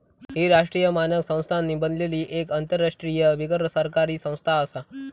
ही राष्ट्रीय मानक संस्थांनी बनलली एक आंतरराष्ट्रीय बिगरसरकारी संस्था आसा